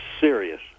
serious